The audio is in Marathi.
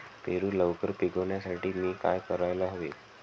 पेरू लवकर पिकवण्यासाठी मी काय करायला हवे?